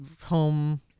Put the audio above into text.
home